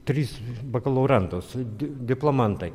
tris bakalaurantus di diplomantai